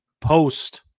post